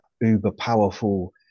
uber-powerful